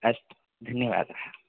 अस्तु धन्यवादः